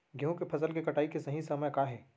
गेहूँ के फसल के कटाई के सही समय का हे?